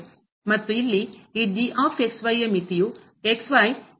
ಮತ್ತು ಇಲ್ಲಿ ಈ ಯ ಮಿತಿಯು